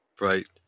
right